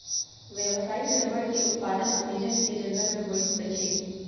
व्यावसायिक रबड़ के उत्पादन अमेज़न के जंगल में होइत अछि